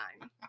nine